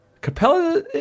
Capella